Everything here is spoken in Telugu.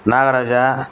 నాగరాజ